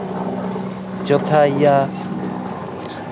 चौथा जेह्ड़ा आई गेआ